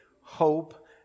hope